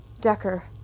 Decker